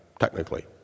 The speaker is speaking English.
Technically